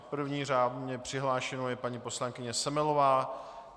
První řádně přihlášenou je paní poslankyně Semelová.